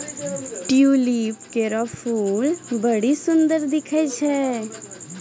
tulip केरो फूल बड्डी सुंदर दिखै छै